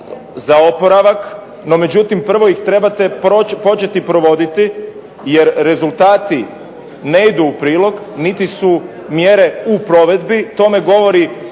za oporavak, no međutim prvo ih trebate početi provoditi, jer rezultati ne idu u prilog niti su mjere u provedbi, tome govori